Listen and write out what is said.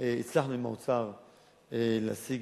הצלחנו עם האוצר להשיג,